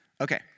Okay